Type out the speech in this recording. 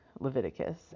Leviticus